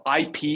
IP